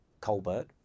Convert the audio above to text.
Colbert